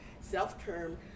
self-term